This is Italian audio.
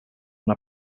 una